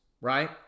right